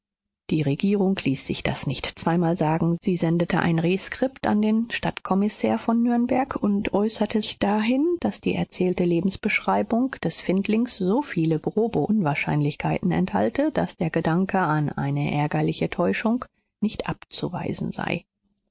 die regierung ließ sich das nicht zweimal sagen sie sendete ein reskript an den stadtkommissär von nürnberg und äußerte sich dahin daß die erzählte lebensbeschreibung des findlings so viele grobe unwahrscheinlichkeiten enthalte daß der gedanke an eine ärgerliche täuschung nicht abzuweisen sei